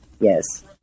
Yes